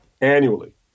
annually